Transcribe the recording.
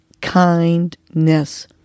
kindness